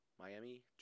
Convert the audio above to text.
Miami